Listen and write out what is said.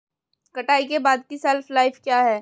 कटाई के बाद की शेल्फ लाइफ क्या है?